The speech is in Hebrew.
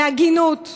להגינות,